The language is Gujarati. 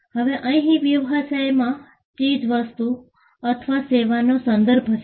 હવે અહીં વ્યવસાયમાં ચીજ વસ્તુ અથવા સેવાનો સંદર્ભ છે